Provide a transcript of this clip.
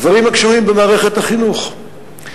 דברים הקשורים במערכת החינוך,